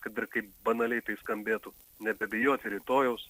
kad ir kaip banaliai tai skambėtų nebebijoti rytojaus